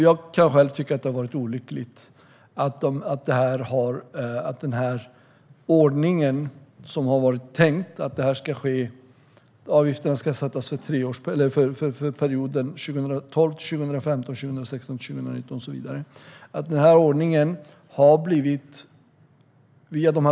Jag kan tycka att det är olyckligt att den tänkta ordningen - att avgifterna skulle sättas för perioderna 2012-2015 och 2016-2019 och så vidare - inte riktigt har gällt.